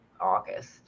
August